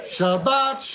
Shabbat